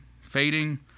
fading